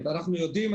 אנחנו יודעים.